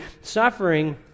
suffering